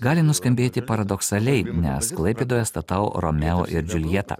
gali nuskambėti paradoksaliai nes klaipėdoje statau romeo ir džiuljetą